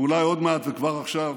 ואולי עוד מעט, וכבר עכשיו,